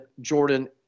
Jordan